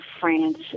France